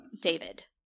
David